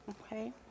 Okay